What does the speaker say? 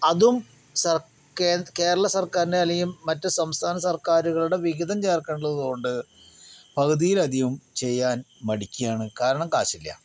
അതും സർ കേരള സർക്കാരിനെ അല്ലെങ്കിൽ മറ്റ് സംസ്ഥാനസർക്കാരുകളുടെ വിഹിതം ചേർക്കേണ്ടതുകൊണ്ട് പകുതിയിലധികം ചെയ്യാൻ മടിക്കുകയാണ് കാരണം കാശില്ല